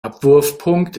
abwurfpunkt